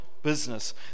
Business